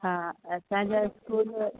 हा असांजा स्कूल